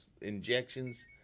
injections